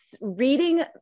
reading